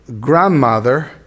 grandmother